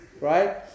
Right